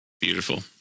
Beautiful